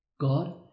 God